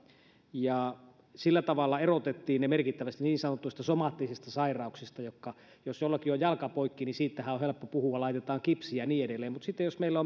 ja sillä tavalla erotettiin ne merkittävästi niin sanotuista somaattisista sairauksista jos jollakin on jalka poikki niin siitähän on helppo puhua laitetaan kipsi ja niin edelleen mutta jos meillä